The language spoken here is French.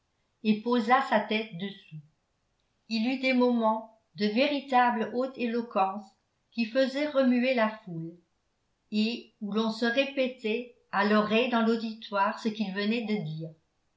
et posa sa tête dessous il eut des moments de véritable haute éloquence qui faisaient remuer la foule et où l'on se répétait à l'oreille dans l'auditoire ce qu'il venait de dire